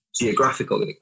geographical